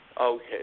Okay